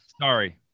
Sorry